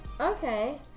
Okay